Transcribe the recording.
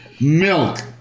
Milk